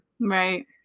Right